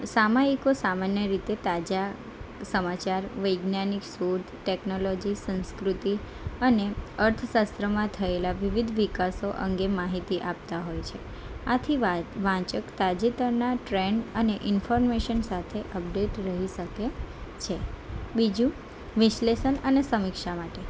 સામયિકો સામાન્ય રીતે તાજા સમાચાર વૈજ્ઞાનિક શોધ ટેકનોલોજી સંસ્કૃતિ અને અર્થશાસ્ત્રમાં થયેલા વિવિધ વિકાસો અંગે માહિતી આપતા હોય છે આથી વાચક તાજેતરના ટ્રેન્ડ અને ઇન્ફોર્મેશન સાથે અપડેટ રહી શકે છે બીજું વિશ્લેષણ અને સમીક્ષા માટે